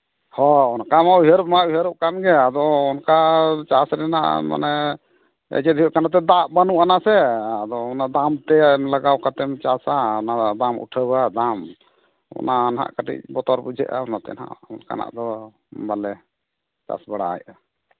ᱦᱚᱸ ᱚᱱᱠᱟ ᱢᱟ ᱩᱭᱦᱟᱹᱨ ᱢᱟ ᱩᱭᱦᱟᱹᱨᱚᱜ ᱠᱟᱱ ᱜᱮ ᱟᱫᱚ ᱚᱝᱠᱟ ᱪᱟᱥ ᱨᱮᱱᱟᱜ ᱢᱟᱱᱮ ᱪᱮᱫ ᱦᱩᱭᱩᱜ ᱠᱟᱱᱟ ᱱᱚᱛᱮ ᱫᱟᱜ ᱵᱟᱹᱱᱩᱜᱼᱟᱱᱟ ᱥᱮ ᱟᱫᱚ ᱚᱱᱟ ᱫᱟᱢ ᱛᱮ ᱞᱟᱜᱟᱣ ᱠᱟᱛᱮᱢ ᱪᱟᱥᱟ ᱟᱨ ᱚᱱᱟ ᱵᱟᱝ ᱩᱴᱷᱟᱹᱣᱟ ᱫᱟᱢ ᱚᱱᱟ ᱱᱟᱜ ᱠᱟᱹᱴᱤᱡ ᱵᱚᱛᱚᱨ ᱵᱩᱡᱷᱟᱹᱜᱼᱟ ᱚᱱᱟ ᱛᱮ ᱱᱟᱜ ᱚᱱᱠᱟᱱᱟᱜ ᱫᱚ ᱵᱟᱞᱮ ᱪᱟᱥ ᱵᱟᱲᱟᱭᱮᱫᱼᱟ